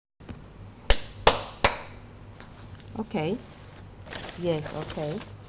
okay yes okay